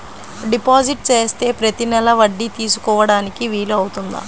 Deposit చేస్తే ప్రతి నెల వడ్డీ తీసుకోవడానికి వీలు అవుతుందా?